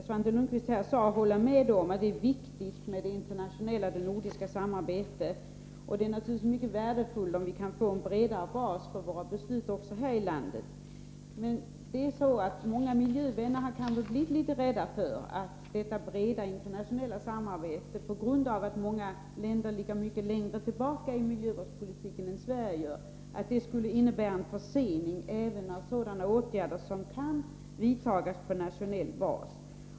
Herr talman! Jag vill gärna understryka vad Svante Lundkvist sade, och jag håller med om att det internationella och det nordiska samarbetet är viktigt. Naturligtvis är det mycket värdefullt om vi här i landet kan få en bredare bas för våra beslut. Men många miljövänner har kanske blivit litet rädda för att det breda 149 internationella samarbetet, på grund av att många länder ligger så mycket längre tillbaka när det gäller miljövårdspolitiken än Sverige, skulle innebära en försening även av åtgärder som kan vidtas på nationell bas.